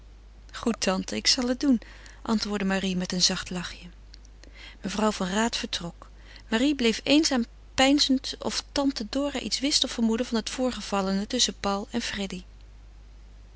goed tante ik zal het doen antwoordde marie met een zacht lachje mevrouw van raat vertrok marie bleef eenzaam peinzend of tante dora iets wist of vermoedde van het voorgevallene tusschen paul en freddy